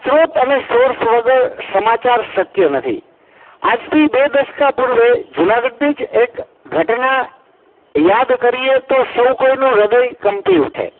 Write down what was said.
સ્ત્રોત અને સોર્સ વગર સમાચાર શક્ય નથી આજથી બે દશકા પૂર્વે જૂનાગઢની જ એક ઘટના યાદ કરીએ તો સૌ કોઈનું હૃદય કંપી ઊઠે